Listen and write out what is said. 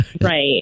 Right